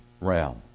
realm